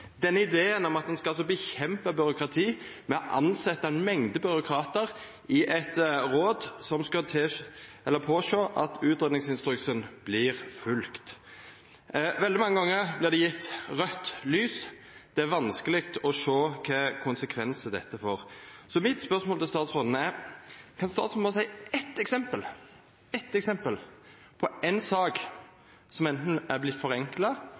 denne ideen om at ein skal nedkjempa byråkrati ved å tilsetja ei mengd byråkratar i eit råd som skal sjå til at utgreiingsinstruksen blir følgd. Veldig mange gonger blir det gjeve raudt lys. Det er vanskeleg å sjå kva konsekvensar dette får. Mitt spørsmål til statsråden er: Kan statsråden gje eitt eksempel på ei sak som har vorte forenkla,